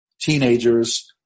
teenagers